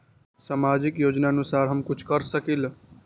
सामाजिक योजनानुसार हम कुछ कर सकील?